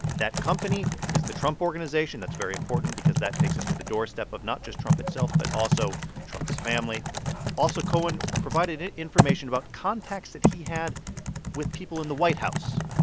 that company is the trump organization. that's very important because that takes us to the doorstep of not just trump itself but also trump's family also, cohen provided and information about contacts that he had with people in the white house,